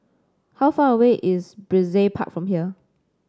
how far away is Brizay Park from here